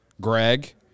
greg